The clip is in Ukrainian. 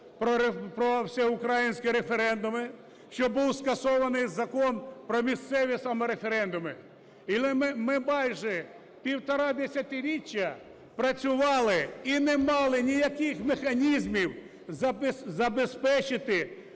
про всеукраїнський референдум, що був скасований Закон про місцеві, саме, референдуми. І ми майже півтора десятиріччя працювали і не мали ніяких механізмів забезпечити